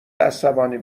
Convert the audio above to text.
عصبانی